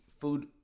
food